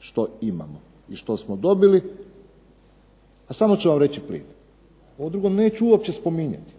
što imamo i što smo dobili. A samo ću vam reći plin, ovo drugo neću uopće spominjati.